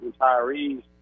retirees